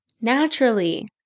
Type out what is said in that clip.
naturally